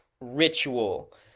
ritual